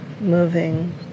moving